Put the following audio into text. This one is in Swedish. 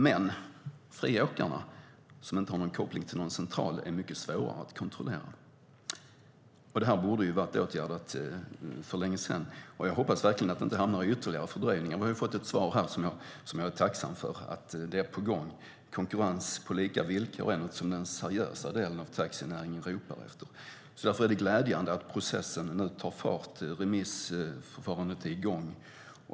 Men friåkarna som inte har koppling till någon central är mycket svårare att kontrollera. Detta borde ha varit åtgärdat för länge sedan. Jag hoppas verkligen att det inte kommer ytterligare fördröjningar. Jag är tacksam för det svar vi har fått om att det är på gång. Konkurrens på lika villkor är något som den seriösa delen av taxinäringen ropar efter. Det är därför glädjande att processen nu tar fart. Remissförfarandet är i gång.